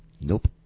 Nope